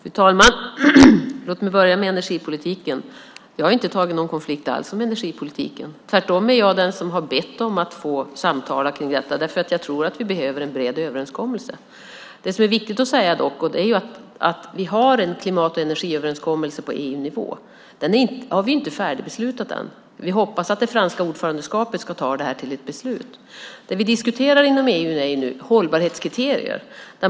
Fru talman! Låt mig börja med energipolitiken. Jag har inte tagit någon konflikt om energipolitiken. Tvärtom är jag den som har bett om att få samtala om detta eftersom jag tror att vi behöver en bred överenskommelse. Det är dock viktigt att säga att vi har en klimat och energiöverenskommelse på EU-nivå. Den är inte färdigbeslutad än. Vi hoppas att det franska ordförandeskapet ska ta detta till ett beslut. Det vi diskuterar inom EU är hållbarhetskriterier.